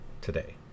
today